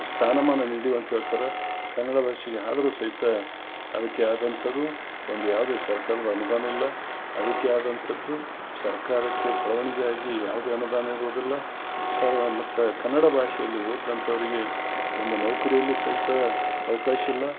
ಸ್ಥಾನಮಾನ ನೀಡಿ ಕನ್ನಡ ಭಾಷೆಗೆ ಆದ್ರೂ ಸಹಿತ ಅದಕ್ಕೆ ಆದಂಥದ್ದು ಒಂದು ಯಾವುದೇ ಸರ್ಕಾರದ ಅನುದಾನ ಇಲ್ಲ ಅದಕ್ಕೆ ಆದಂಥದ್ದು ಸರ್ಕಾರಕ್ಕೆ ಬೆಳವಣಿಗೆಯಾಗಿ ಯಾವುದೇ ಅನುದಾನ ಇರುವುದಿಲ್ಲ ಸರ ಮತ್ತ ಕನ್ನಡ ಭಾಷೆಯಲ್ಲಿ ಓದಿದಂಥವ್ರಿಗೆ ಒಂದು ನೌಕರಿಯಲ್ಲಿ ಸಹಿತ ಅವಕಾಶಿಲ್ಲ